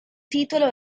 titolo